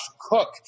cook